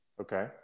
Okay